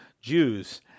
Jews